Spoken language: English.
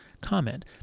comment